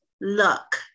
look